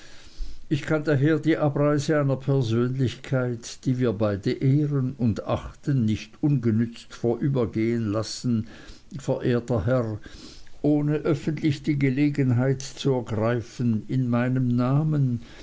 ich kann daher die abreise einer persönlichkeit die wir beide ehren und achten nicht ungenützt vorübergehen lassen verehrter herr ohne öffentlich die gelegenheit zu ergreifen in meinem namen